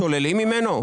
שוללים ממנו?